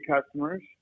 customers